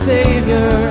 Savior